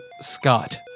Scott